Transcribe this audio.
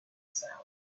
sound